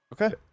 Okay